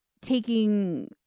taking